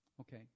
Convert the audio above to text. Okay